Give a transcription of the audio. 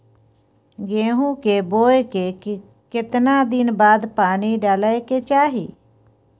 गेहूं के बोय के केतना दिन बाद पानी डालय के चाही?